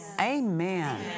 Amen